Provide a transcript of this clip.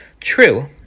True